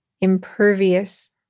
impervious